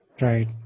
Right